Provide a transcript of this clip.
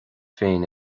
féin